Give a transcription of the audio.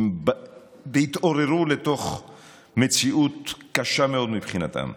והתעוררו לתוך מציאות קשה מאוד מבחינתם.